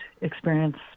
experience